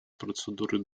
процедурой